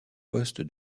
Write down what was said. poste